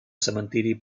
cementeri